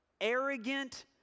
arrogant